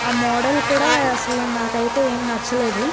ఆ మోడల్ కూడా అస్సలు నాకు అయితే ఏమీ నచ్చలేదు